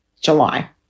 July